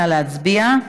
נא להצביע.